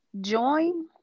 join